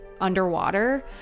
underwater